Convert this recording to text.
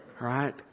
Right